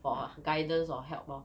for guidance or help lor